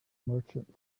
merchant